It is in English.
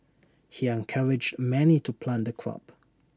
he encouraged many to plant the crop